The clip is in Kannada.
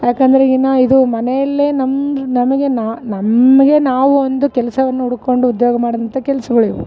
ಯಾಕಂದ್ರೆಗಿನ ಇದು ಮನೆಯಲ್ಲೇ ನಮ್ಮ ನಮಗೆ ನಮಗೆ ನಾವು ಒಂದು ಕೆಲಸವನ್ನು ಹುಡ್ಕೊಂಡು ಉದ್ಯೋಗ ಮಾಡ್ದಂಥ ಕೆಲ್ಸಗಳಿವು